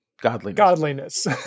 Godliness